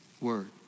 word